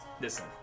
listen